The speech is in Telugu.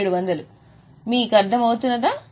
మీకు అర్థం అవుతున్నదా